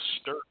stir